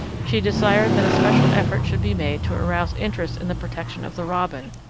she desired that a special effort should be made to arouse interest in the protection of the robin,